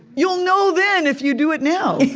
you'll know then, if you do it now,